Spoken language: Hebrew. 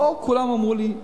לא כולם אמרו לי: